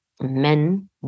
men